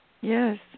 Yes